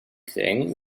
thing